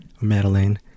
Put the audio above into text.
Madeline